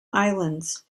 islands